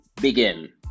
begin